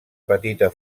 petita